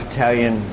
Italian